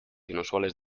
inusuales